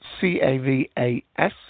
C-A-V-A-S